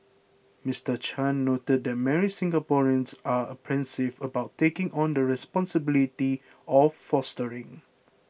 Mister Chan noted that many Singaporeans are apprehensive about taking on the responsibility of fostering